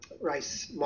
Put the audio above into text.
Race